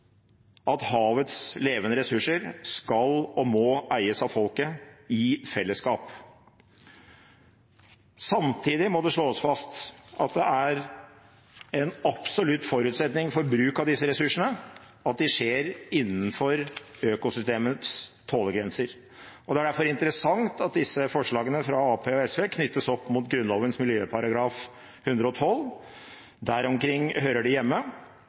at havets levende ressurser skal og må eies av folket i fellesskap. Samtidig må det slås fast at det er en absolutt forutsetning for bruk av disse ressursene at det skjer innenfor økosystemets tålegrenser. Det er derfor interessant at forslagene fra Arbeiderpartiet og SV knyttes opp mot Grunnlovens miljøparagraf, § 112, deromkring hører de hjemme.